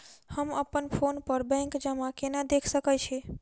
हम अप्पन फोन पर बैंक जमा केना देख सकै छी?